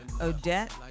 Odette